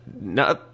no